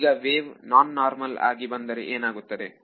ಈಗ wave non normal ಆಗಿ ಬಂದರೆ ಏನಾಗುತ್ತದೆ